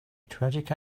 tragic